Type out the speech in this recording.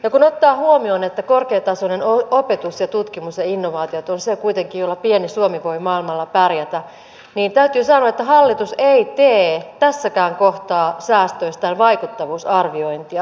ja kun ottaa huomioon että korkeatasoinen opetus ja tutkimus ja innovaatiot ovat kuitenkin se jolla pieni suomi voi maailmalla pärjätä niin täytyy sanoa että hallitus ei tee tässäkään kohtaa säästöistään vaikuttavuusarviointia